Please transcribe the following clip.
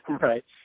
Right